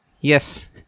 Yes